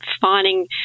finding